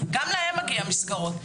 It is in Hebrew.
בסדר, גם להם מגיע מסגרות.